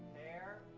there